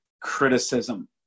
criticism